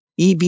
EV